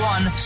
One